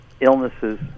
illnesses